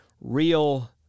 real